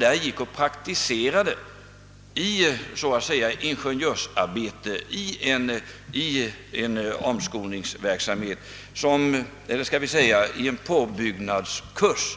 De fick praktisera i ingenjörsarbete, skall vi säga i en påbyggnadskurs,